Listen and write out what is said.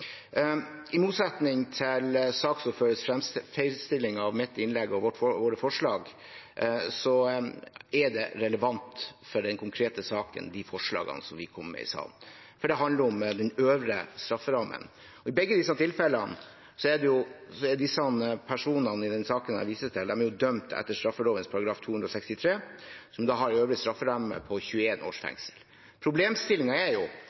I motsetning til saksordførerens feilfremstilling av mitt innlegg og våre forslag er forslagene vi kommer med i salen, relevante for den konkrete saken. For det handler om den øvre strafferammen. I begge disse tilfellene er personene i saken jeg viste til, dømt etter straffeloven § 263, som har en øvre strafferamme på 21 års fengsel. Problemstillingen er